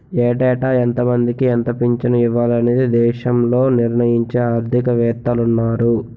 ఏటేటా ఎంతమందికి ఎంత పింఛను ఇవ్వాలి అనేది దేశంలో నిర్ణయించే ఆర్థిక వేత్తలున్నారు